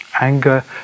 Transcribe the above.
Anger